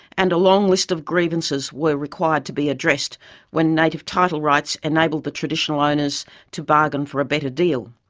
and a long list of grievances were required to be addressed when native title rights enabled the traditional owners to bargain for a better deal.